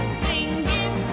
singing